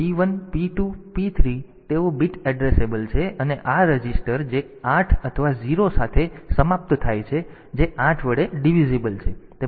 તેથી P0 P1 P2 P3 તેઓ bit addressable છે અને આ રજીસ્ટર જે 8 અથવા 0 સાથે સમાપ્ત થાય છે જે 8 વડે વિભાજ્ય છે